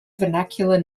vernacular